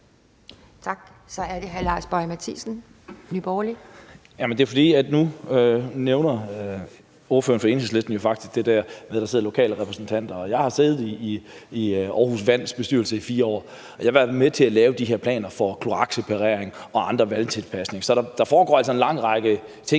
Kl. 11:11 Lars Boje Mathiesen (NB): Jamen det er, fordi ordføreren for Enhedslisten jo faktisk nu nævner det der med, at der sidder lokale repræsentanter. Jeg har siddet i Aarhus Vands bestyrelse i 4 år, og jeg har været med til at lave de her planer for kloakseparering og andre vandtilpasninger. Så der foregår altså en lang række ting,